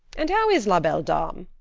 and how is la belle dame?